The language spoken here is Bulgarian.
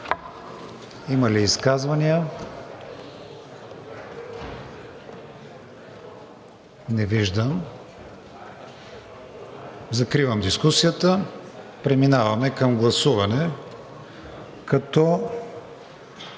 Има ли изказвания? Не виждам. Закривам дискусията. Преминаваме към гласуване, като